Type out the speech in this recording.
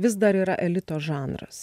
vis dar yra elito žanras